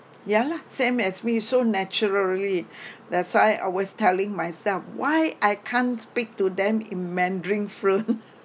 ya lah same as me so naturally that's why I was telling myself why I can't speak to them in mandarin fluent